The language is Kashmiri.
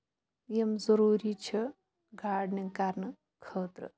یِم ضٔروٗری چھِ گاڈنِنٛگ کرنہٕ خٲطرٕ